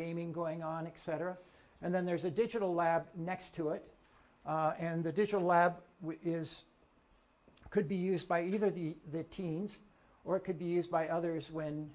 gaming going on except for and then there's a digital lab next to it and the digital lab is could be used by either the teens or it could be used by others when